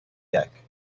deck